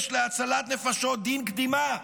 יש להצלת נפשות דין קדימה".